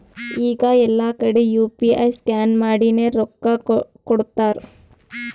ಈಗ ಎಲ್ಲಾ ಕಡಿ ಯು ಪಿ ಐ ಸ್ಕ್ಯಾನ್ ಮಾಡಿನೇ ರೊಕ್ಕಾ ಕೊಡ್ಲಾತಾರ್